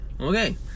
Okay